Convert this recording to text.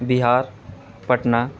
Bihar Patna